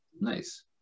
Nice